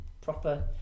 proper